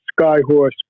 Skyhorse